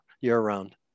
year-round